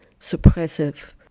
suppressive